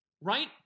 right